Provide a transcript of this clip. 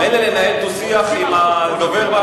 מילא לנהל דו-שיח עם הדובר,